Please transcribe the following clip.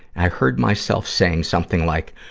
i heard myself saying something like,